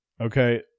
Okay